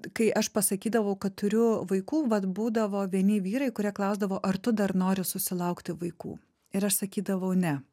kai aš pasakydavau kad turiu vaikų vat būdavo vieni vyrai kurie klausdavo ar tu dar nori susilaukti vaikų ir aš sakydavau ne